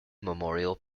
memorial